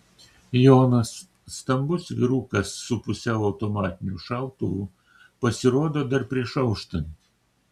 jonas stambus vyrukas su pusiau automatiniu šautuvu pasirodo dar prieš auštant